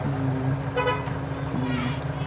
हम हम